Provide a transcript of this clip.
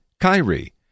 Kyrie